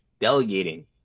delegating